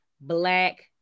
black